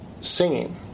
singing